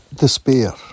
Despair